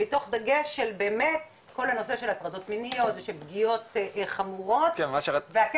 מתוך דגש של באמת כל הנושא של הטרדות מיניות ושל פגיעות חמורות והכסף